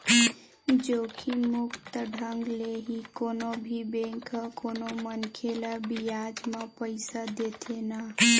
जोखिम मुक्त ढंग ले ही कोनो भी बेंक ह कोनो मनखे ल बियाज म पइसा देथे न